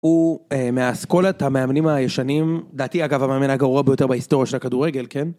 הוא מאסכולת המאמנים הישנים, דעתי אגב המאמן הגרוע ביותר בהיסטוריה של הכדורגל, כן?